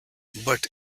but